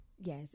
Yes